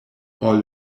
all